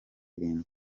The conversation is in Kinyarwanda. irindwi